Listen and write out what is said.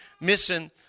missing